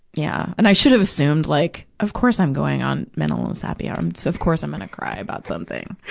yeah. and i should have assumed, like, of course i'm going on mental illness happy hour, um so of course i'm gonna cry about something.